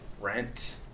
rent